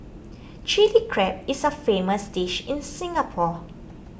Chilli Crab is a famous dish in Singapore